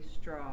straw